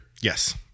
Yes